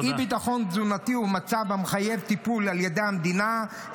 אי-ביטחון תזונתי הוא מצב המחייב טיפול על ידי המדינה,